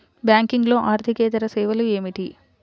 బ్యాంకింగ్లో అర్దికేతర సేవలు ఏమిటీ?